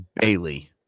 Bailey